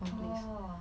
oh